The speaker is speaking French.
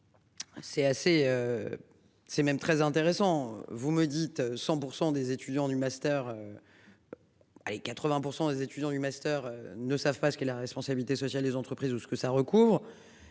C'est même très intéressant. Vous me dites 100% des étudiants du master. Et 80% des étudiants du master ne savent pas ce qu'est la responsabilité sociale des entreprises ou ce que ça recouvre.